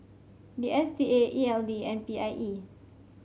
D S T A E L D and P I E